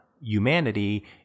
humanity